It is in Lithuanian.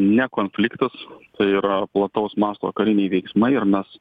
ne konfliktas tai yra plataus masto kariniai veiksmai ir mes